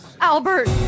albert